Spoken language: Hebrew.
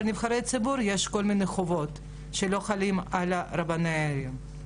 גם על נבחרי ציבור יש כל מיני חובות שלא חלים על רבני העיר.